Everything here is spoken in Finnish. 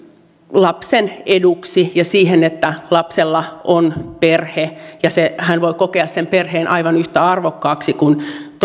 lapsen eduksi ja sen että lapsella on perhe ja hän voi kokea sen perheen aivan yhtä arvokkaaksi kuin